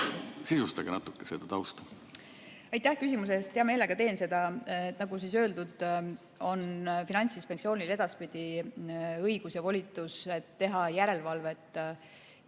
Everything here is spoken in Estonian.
Sisustage natuke seda tausta.